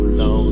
no